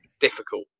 difficult